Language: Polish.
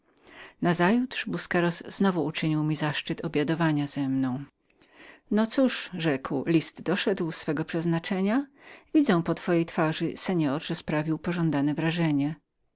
najszczęśliwszym z ludzi nazajutrz busqueros znowu uczynił mi zaszczyt obiadowania ze mną no cóż rzekł list doszedł swego przeznaczenia widzę po twarzy pańskiej że sprawił pożądane wrażenie